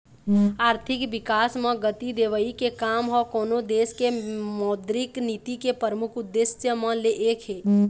आरथिक बिकास म गति देवई के काम ह कोनो देश के मौद्रिक नीति के परमुख उद्देश्य म ले एक हे